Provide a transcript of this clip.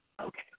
Okay